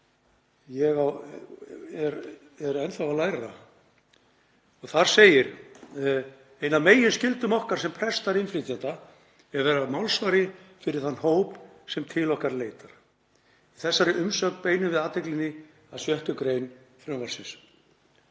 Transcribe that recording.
ég er enn þá að læra. Þar segir: „Ein af meginskyldum okkar sem prestar innflytjenda er að vera málsvari fyrir þann hóp sem til okkar leitar. Í þessari umsögn beinum við athyglinni að 6. gr. frumvarpsins.